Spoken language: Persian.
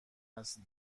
است